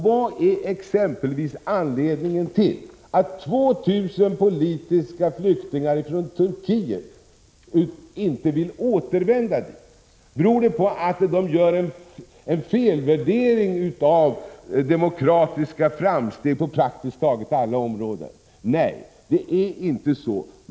Vad är exempelvis anledningen till att 2 000 politiska flyktingar från Turkiet inte vill återvända dit? Beror det på att de gör en felaktig värdering av de demokratiska framstegen på praktiskt taget alla områden? Nej, det är inte så.